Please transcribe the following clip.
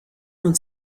non